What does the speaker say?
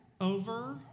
over